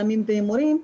סמים והימורים,